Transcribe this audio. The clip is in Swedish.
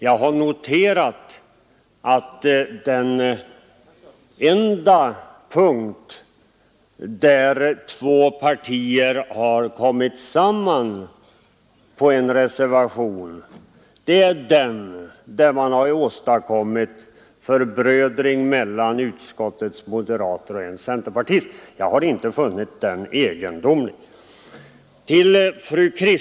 Jag har noterat att den enda punkt där två partier har kommit samman i en reservation är den där man har åstadkommit förbrödring mellan utskottets moderater och en centerpartist. Jag har inte funnit det egendomligt.